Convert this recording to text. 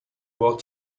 will